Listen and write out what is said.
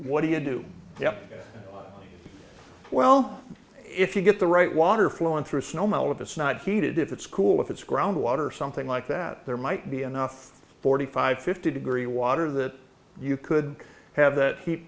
what do you do yeah well if you get the right water flowing through snow melt of it's not heated if it's cool if it's groundwater something like that there might be enough forty five fifty degree water that you could have that heat